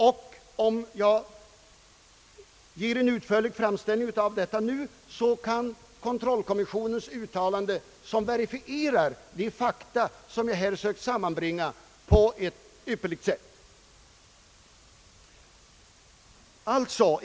När jag nu ger en utförlig framställning av kommissionens uttalande är det därför att uttalandet på ett ypperligt sätt verifierar de fakta som jag här har försökt sammanfatta.